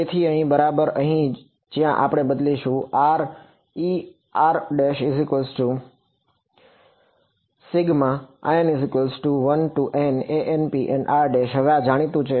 તેથી અહીં બરાબર અહીં છે જ્યાં આપણે બદલીશું Ern1Nanpnr હવે આ જાણીતું છે